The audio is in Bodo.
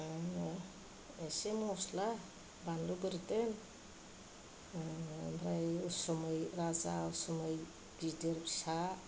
एसे मस्ला बानलु बोरदोन ओमफ्राय उसुमै राजा उसुमै गिदिर फिसा